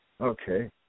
Okay